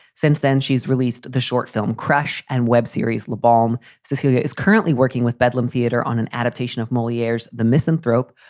since then, she's released the short film crash and web series la bom. cecilia is currently working with bedlam theater on an adaptation of moliere's the misanthrope.